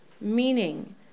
meaning